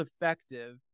effective